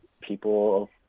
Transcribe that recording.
people